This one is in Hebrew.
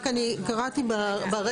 רק אני קראתי ברישה.